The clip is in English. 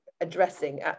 addressing